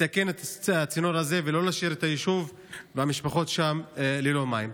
לתקן את הצינור הזה ולא להשאיר את היישוב והמשפחות שם ללא מים.